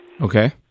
Okay